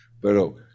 Pero